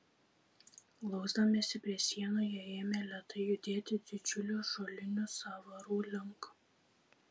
glausdamiesi prie sienų jie ėmė lėtai judėti didžiulių ąžuolinių sąvarų link